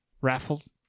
raffles